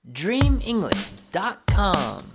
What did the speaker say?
dreamenglish.com